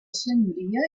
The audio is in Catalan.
senyoria